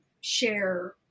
share